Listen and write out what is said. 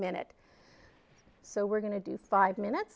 minute so we're going to do five minutes